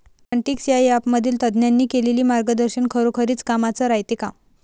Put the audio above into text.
Plantix या ॲपमधील तज्ज्ञांनी केलेली मार्गदर्शन खरोखरीच कामाचं रायते का?